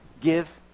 give